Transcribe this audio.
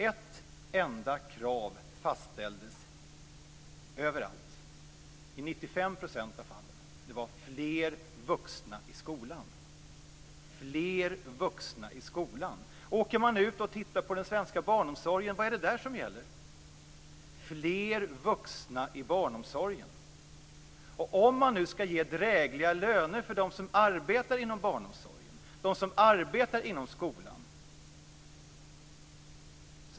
Ett enda krav fastställdes överallt. I 95 % av fallen ville man ha fler vuxna i skolan. Vad är det som gäller i den svenska barnomsorgen? Fler vuxna i barnomsorgen. Det handlar om att ge rimliga löner till dem som arbetar inom barnomsorgen och till dem som arbetar inom skolan.